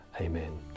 amen